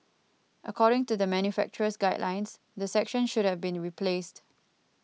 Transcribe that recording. according to the manufacturer's guidelines the section should have been replaced